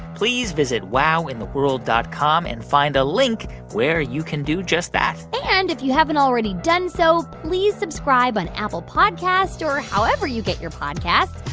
please visit wowintheworld dot com and find a link where you can do just that and if you haven't already done so, please subscribe on apple podcasts or however you get your podcasts.